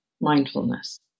mindfulness